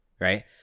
right